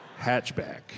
hatchback